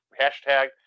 hashtag